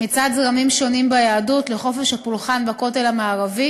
מצד זרמים שונים ביהדות לחופש הפולחן בכותל המערבי,